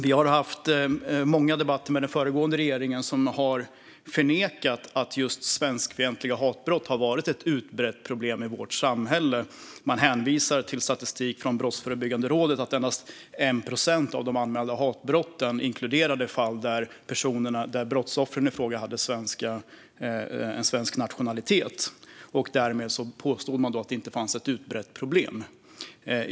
Vi har haft många debatter med den föregående regeringen, som har förnekat att just svenskfientliga hatbrott har varit ett utbrett problem i vårt samhälle. Man hänvisar till statistik från Brottsförebyggande rådet att endast 1 procent av de anmälda hatbrotten var fall där brottsoffren hade svensk nationalitet. Därmed påstod man också att det inte fanns ett utbrett problem.